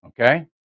Okay